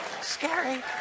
Scary